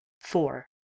Four